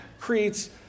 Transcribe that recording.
creates